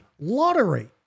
lottery